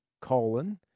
colon